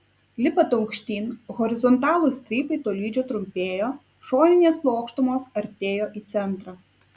lipant aukštyn horizontalūs strypai tolydžio trumpėjo šoninės plokštumos artėjo į centrą